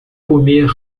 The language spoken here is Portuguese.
comer